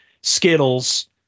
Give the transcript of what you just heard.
Skittles